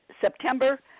September